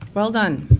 well done.